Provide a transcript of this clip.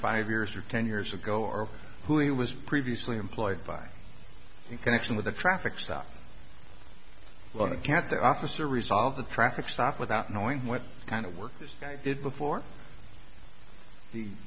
five years or ten years ago or who he was previously employed by in connection with a traffic stop on account the officer resolve the traffic stop without knowing what kind of work this guy did before the